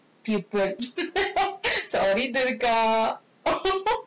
pretend sorry to recall